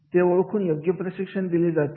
ते ओळखून योग्य प्रशिक्षण दिले जाते